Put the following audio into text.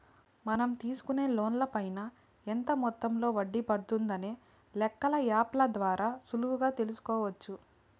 మనం తీసుకునే లోన్ పైన ఎంత మొత్తంలో వడ్డీ పడుతుందనే లెక్కలు యాప్ ల ద్వారా సులువుగా తెల్సుకోవచ్చు